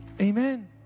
amen